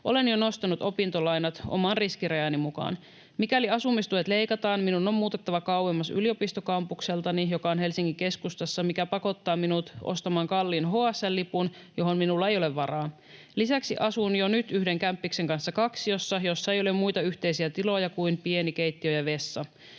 Olen jo nostanut opintolainat oman riskirajani mukaan. Mikäli asumistuet leikataan, minun on muutettava kauemmas yliopistokampukseltani, joka on Helsingin keskustassa, mikä pakottaa minut ostamaan kalliin HSL-lipun, johon minulla ei ole varaa. Lisäksi asun jo nyt yhden kämppiksen kanssa kaksiossa, jossa ei ole muita yhteisiä tiloja kuin pieni keittiö ja vessa.